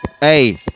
Hey